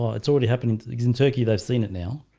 yeah it's already happening in turkey they've seen it now,